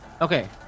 okay